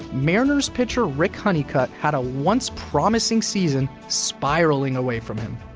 mariners pitcher rick honeycutt had a once-promising season spiraling away from him.